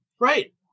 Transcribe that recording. right